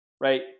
right